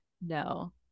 no